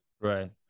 Right